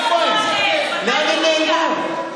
לאן הן נעלמו?